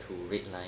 to red line